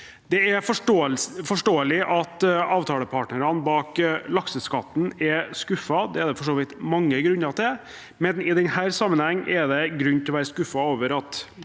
Det er forståelig at avtalepartene bak lakseskatten er skuffet, det er det for så vidt mange grunner til, men i denne sammenheng er det grunn til å være skuffet over at